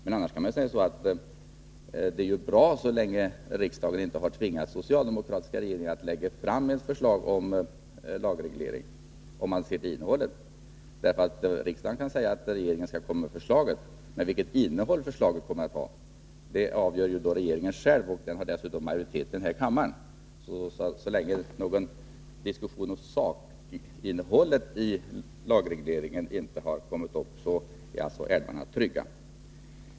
Man kan också säga att det är bra så länge riksdagen inte tvingar den socialdemokratiska regeringen att lägga fram ett förslag om lagreglering. Riksdagen kan säga att regeringen skall komma med förslaget, men vilket innehåll det får avgör regeringen själv. Och den har dessutom majoritet här i kammaren. Så länge någon diskussion om sakinnehållet i lagregleringen inte har kommit upp är älvarna alltså trygga.